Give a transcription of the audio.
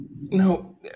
No